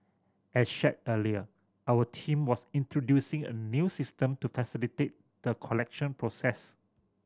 as shared earlier our team was introducing a new system to facilitate the collection process